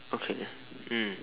okay mm